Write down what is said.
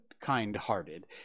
kind-hearted